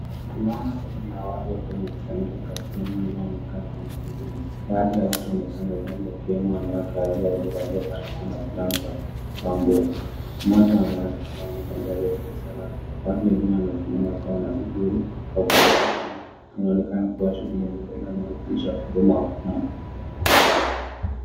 Tunaona kundi la watu wakiwa wamekusanyika katika eneo linaloonekana kama huduma. Baadhi ya watu wamekaa mezani wakiwemo wanawake waliovalia barakoa na fulana za kutoa mbovu. Mmoja ya wanawake hawa amevalia vesti ya usalama. Watu wengine wamesimama wakiwa wanasubiri kwa kupokea huduma. Hili linaonekana kuwa eneo linalopitisha huduma wa umma.